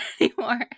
anymore